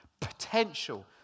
potential